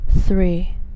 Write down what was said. Three